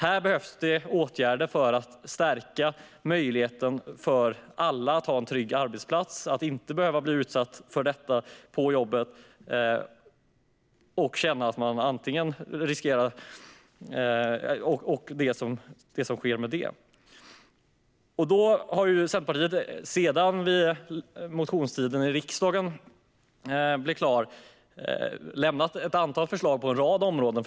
Här behövs det åtgärder för att stärka möjligheten för alla att ha en trygg arbetsplats och inte behöva bli utsatt för detta på jobbet. Centerpartiet har efter den allmänna motionstiden lämnat ett antal förslag på en rad områden.